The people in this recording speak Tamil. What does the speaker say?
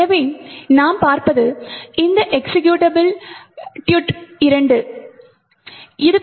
எனவே நாம் பார்ப்பது இது எக்சிகியூட்டபிள் tut2 ஆகும்